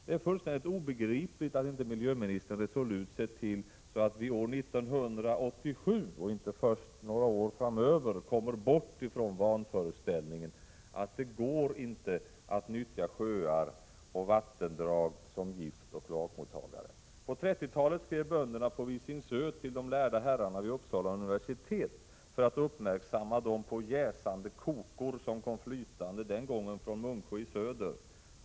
Det är fullständigt obegripligt att inte miljöministern resolut ser till att vi år 1987 — och inte först några år framöver — kommer bort från vanföreställningen att det går att nyttja sjöar och vattendrag som giftoch kloakmottagare. På 30-talet skrev bönderna på Visingsö till de lärda herrarna vid Uppsala universitet för att uppmärksamma dem på jäsande kokor som kom flytande, den gången från Munksjö i söder.